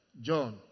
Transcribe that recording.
John